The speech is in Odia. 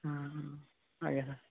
ହୁଁ ଆଜ୍ଞା ସାର୍